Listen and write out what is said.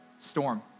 Storm